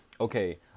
okay